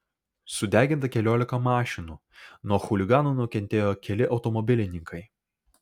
sudeginta keliolika mašinų nuo chuliganų nukentėjo keli automobilininkai